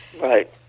right